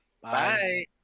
Bye